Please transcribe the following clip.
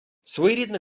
своєрідна